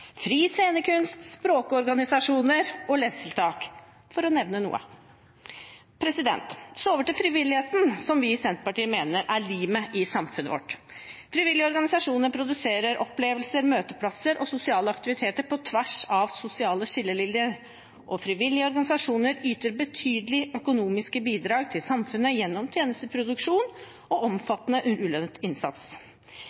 fri scenekunst, språkorganisasjoner og lesetiltak, for å nevne noe. Så over til frivilligheten, som vi i Senterpartiet mener er limet i samfunnet vårt. Frivillige organisasjoner produserer opplevelser, møteplasser og sosiale aktiviteter på tvers av sosiale skillelinjer, og frivillige organisasjoner yter betydelige økonomiske bidrag til samfunnet gjennom tjenesteproduksjon og